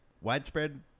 widespread